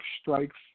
strikes